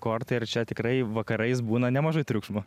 kortai ir čia tikrai vakarais būna nemažai triukšmo